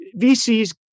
VCs